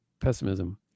pessimism